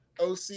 OC